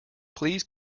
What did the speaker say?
please